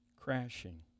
crashing